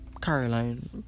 Caroline